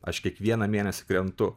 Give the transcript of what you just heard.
aš kiekvieną mėnesį krentu